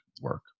work